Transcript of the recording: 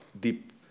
deep